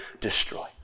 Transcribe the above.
destroy